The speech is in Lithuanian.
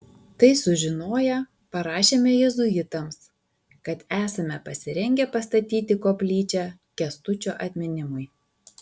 tai sužinoję parašėme jėzuitams kad esame pasirengę pastatyti koplyčią kęstučio atminimui